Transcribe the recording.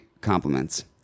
compliments